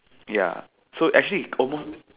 ya so actually is almost